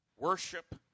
Worship